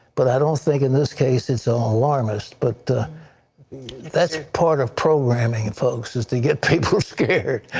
but i don't think in this case it so um is unwarranted. but ah that is part of programming, folks, is to get people scared.